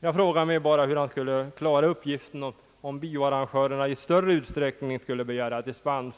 Jag frågar mig bara hur han skulle klara uppgiften om bioarrangörerna i större utsträckning begärde dispens.